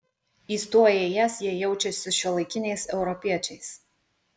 įstoję į es jie jaučiasi šiuolaikiniais europiečiais